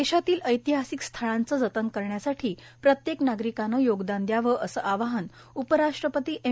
देषातील ऐतिहासिक स्थळांचं जतन करण्यासाठी प्रत्येक नागरिकानं योगदान च्यावं असं आवाहन उपराश्ट्रपती एम